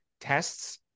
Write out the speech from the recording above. tests